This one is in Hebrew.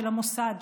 של המוסד,